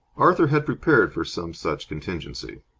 arthur had prepared for some such contingency.